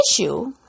issue